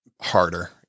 harder